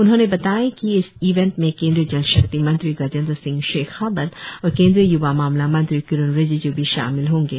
उन्होंने बताया कि इस ईवंट में केंद्रीय जल शक्ति मंत्री गजेंद्र सिंह शेखावत और केंद्रीय य्वा मामला मंत्री किरेन रिजिज् भी शामिल होंगे